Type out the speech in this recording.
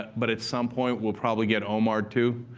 but at some point, we'll probably get omar'd too.